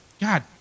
God